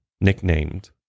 nicknamed